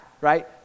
right